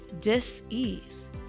dis-ease